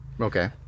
Okay